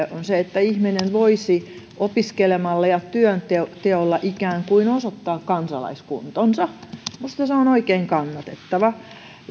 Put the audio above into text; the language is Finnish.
että ihminen voisi opiskelemalla ja työnteolla ikään kuin osoittaa kansalaiskuntonsa on oikein kannatettava